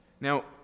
Now